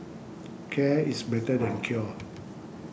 care is better than cure